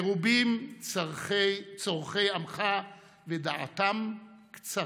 מרובים צורכי עמך ודעתם קצרה.